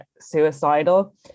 suicidal